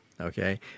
okay